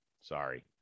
sorry